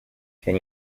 can